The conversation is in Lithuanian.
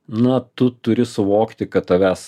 na tu turi suvokti kad tavęs